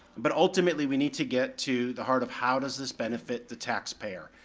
but ultimately we need to get to the heart of how does this benefit the taxpayer?